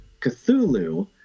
Cthulhu